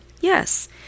Yes